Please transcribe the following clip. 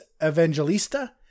Evangelista